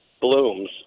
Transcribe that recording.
blooms